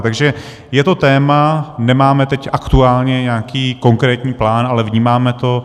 Takže je to téma, nemáme teď aktuálně nějaký konkrétní plán, ale vnímáme to.